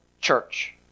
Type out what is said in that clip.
church